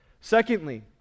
Secondly